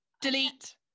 delete